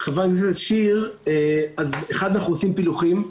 חברת הכנסת שיר, אז, אחד, אנחנו עושים פילוחים.